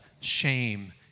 shame